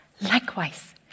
Likewise